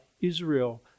Israel